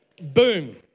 Boom